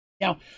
now